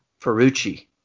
Ferrucci